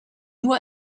nur